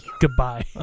Goodbye